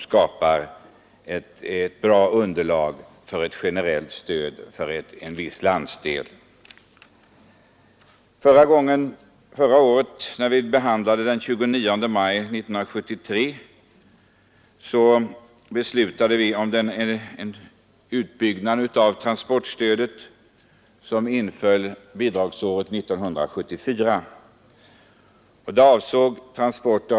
Det skapar ett bra underlag för ett generellt stöd för en viss landsdel. I år har vi gått ett steg vidare.